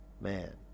man